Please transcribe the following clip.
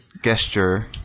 gesture